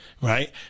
right